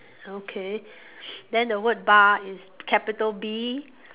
okay then the word bar is capital B